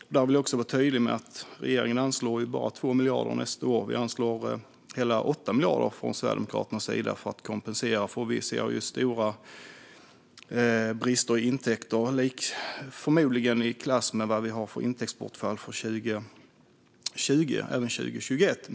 Jag vill vara tydlig med att regeringen bara anslår 2 miljarder nästa år, medan Sverigedemokraterna anslår hela 8 miljarder för att kompensera för de stora brister i intäkter som vi ser och som förmodligen är i klass med intäktsbortfallet 2020 även 2021.